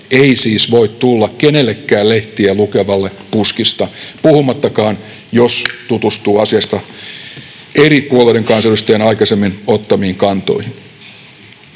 ei siis voi tulla kenellekään lehtiä lukevalle puskista, puhumattakaan jos tutustuu asiasta eri puolueiden kansanedustajien aikaisemmin ottamiin kantoihin.